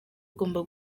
ugomba